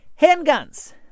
handguns